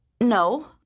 No